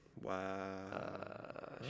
Wow